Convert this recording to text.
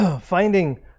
finding